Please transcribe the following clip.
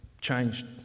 changed